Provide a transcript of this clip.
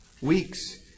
weeks